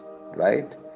right